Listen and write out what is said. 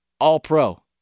All-pro